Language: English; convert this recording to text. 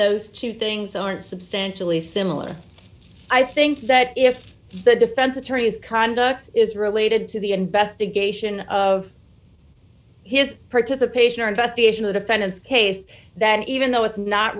those two things aren't substantially similar i think that if the defense attorney is conduct is related to the investigation of his participation or investigation the defendant's case that even though it's not